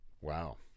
Wow